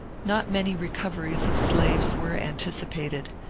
not many recoveries of slaves were anticipated,